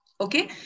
Okay